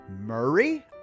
Murray